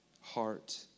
heart